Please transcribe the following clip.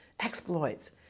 Exploits